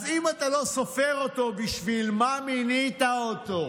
אז אם אתה לא סופר אותו, בשביל מה מינית אותו?